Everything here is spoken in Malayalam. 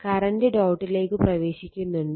കറണ്ട് ഡോട്ടിലേക്ക് പ്രവേശിക്കുന്നുണ്ട്